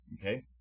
okay